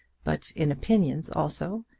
but in opinions also,